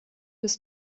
des